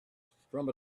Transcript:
from